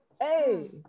Hey